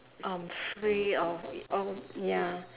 um free of all ya